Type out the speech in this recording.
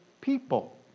people